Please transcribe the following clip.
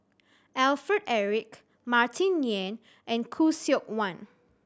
Alfred Eric Martin Yan and Khoo Seok Wan